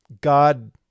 God